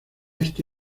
este